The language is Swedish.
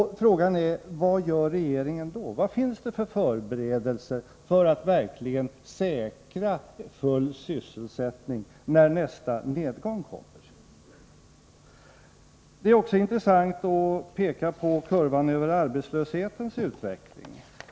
Frågan är: Vad gör regeringen då? Vad finns det för förberedelser för att verkligen säkra full sysselsättning när nästa nedgång kommer? Det är också intressant att peka på kurvan över arbetslöshetens utveckling.